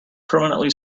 permanently